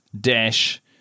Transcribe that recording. dash